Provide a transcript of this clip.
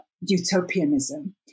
utopianism